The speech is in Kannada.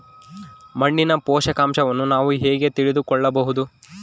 ಮಣ್ಣಿನ ಪೋಷಕಾಂಶವನ್ನು ನಾನು ಹೇಗೆ ತಿಳಿದುಕೊಳ್ಳಬಹುದು?